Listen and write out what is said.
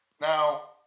Now